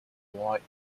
white